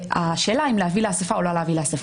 השאלה אם להביא לאסיפה או לא להביא לאסיפה.